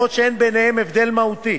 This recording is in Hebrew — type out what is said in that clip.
גם אם אין ביניהן הבדל מהותי,